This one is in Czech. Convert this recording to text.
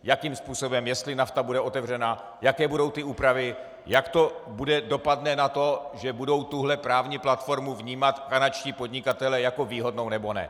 Jakým způsobem, jestli NAFTA bude otevřena, jaké budou ty úpravy, jak to dopadne na to, že budou tuhle právní platformu vnímat kanadští podnikatelé jako výhodnou, nebo ne.